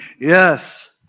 Yes